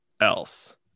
else